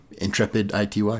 intrepidity